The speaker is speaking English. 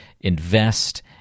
invest